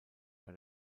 bei